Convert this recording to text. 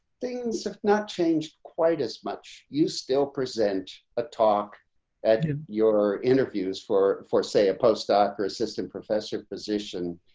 things have not changed quite as much you still present a talk at your interviews for for, say a postdoc or assistant professor position,